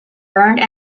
burned